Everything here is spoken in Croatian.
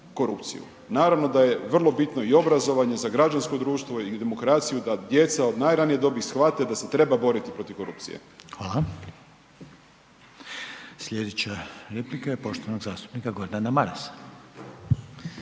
korupciju. Naravno da je vrlo bitno i obrazovanje za građansko društvo i demokraciju da djeca od najranije dobi shvate da se treba boriti protiv korupcije. **Reiner, Željko (HDZ)** Hvala. Sljedeća replika je poštovanog zastupnika Gordana Marasa.